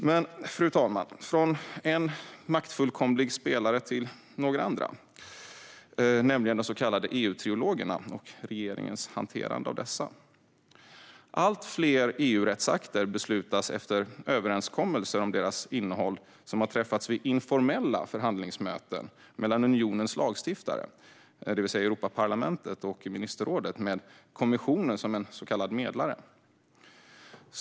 Fru talman! Jag går från en maktfullkomlig spelare till några andra, nämligen de så kallade EU-trilogerna och regeringens hantering av dessa. Allt fler EU-rättsakter beslutas efter överenskommelser om innehåll som har träffats vid informella förhandlingsmöten mellan unionens lagstiftare, det vill säga Europaparlamentet och ministerrådet, med kommissionen med en så kallad medlare.